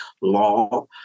law